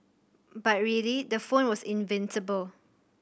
but really the phone was invincible